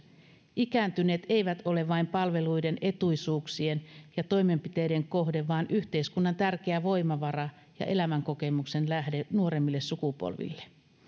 ikääntyneet eivät ole vain palveluiden etuisuuksien ja toimenpiteiden kohde vaan yhteiskunnan tärkeä voimavara ja elämänkokemuksen lähde nuoremmille sukupolville